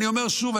אני אומר שוב,